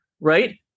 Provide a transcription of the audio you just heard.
right